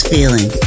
Feeling